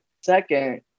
Second